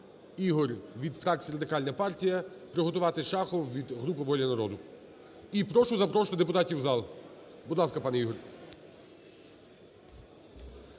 Ігор від фракції Радикально партії. Приготуватись Шахову від групи "Воля народу". І прошу запрошувати депутатів в зал. Будь ласка, пане Ігор.